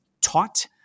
taught